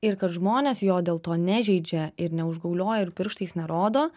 ir kad žmonės jo dėl to nežeidžia ir neužgaulioja ir pirštais nerodo